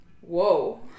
Whoa